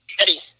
Eddie